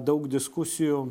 daug diskusijų